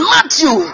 Matthew